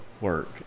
work